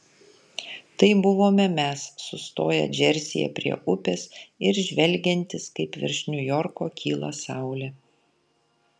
tai buvome mes sustoję džersyje prie upės ir žvelgiantys kaip virš niujorko kyla saulė